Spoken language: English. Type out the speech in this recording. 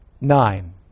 Nine